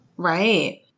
Right